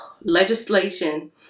legislation